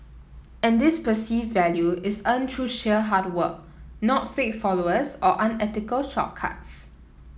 and this perceived value is earned through sheer hard work not fake followers or unethical shortcuts